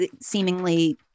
seemingly